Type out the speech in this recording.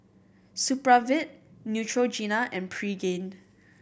Supravit Neutrogena and Pregain